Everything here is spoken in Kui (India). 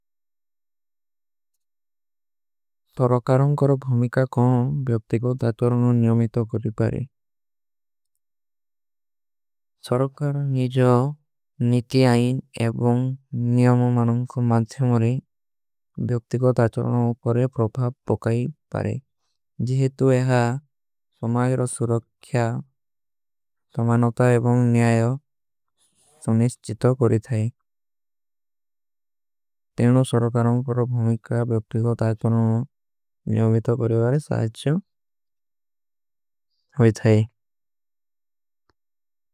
ସରକାରୋଂ କର ଭୁମିକା କୋ ବ୍ଯୋକ୍ତିକୋ ଦାଚରଣୋ ନିଯମିତୋ କରୀ ବାରେ। ସରକାରୋଂ ନିଜୋ ନିତି ଆଇନ ଏବୋଂ ନିଯମମାନୋଂ କୋ ମାଧ୍ଯମୋରୀ ବ୍ଯୋକ୍ତିକୋ। ଦାଚରଣୋ ଉପରେ ପ୍ରଭାବ ପୋକାଈ ବାରେ ଜିହେ ତୁଏହା ସମାଈରୋ ସୁରୋଖ୍ଯା। ତମାନୋତା ଏବୋଂ ନିଯାଯୋ ସୁନିଶ୍ଚିତୋ କରୀ ଥାଈ ତେରେନୋ ସୁରୋଖାରୋଂ କର। ଭୁମିକା ବ୍ଯୋକ୍ତିକୋ ଦାଚରଣୋ ନିଯମିତୋ କରୀ ବାରେ ସାଚ୍ଚୋ ହୋଈ ଥାଈ।